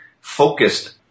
focused